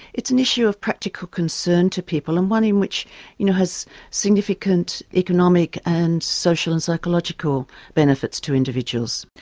it's an issue of practical concern to people and one and which you know has significant economic and social and psychological benefits to individuals.